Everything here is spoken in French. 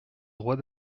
droits